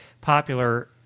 popular